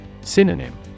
Synonym